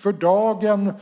För dagen